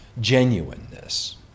genuineness